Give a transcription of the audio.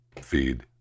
feed